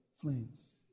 flames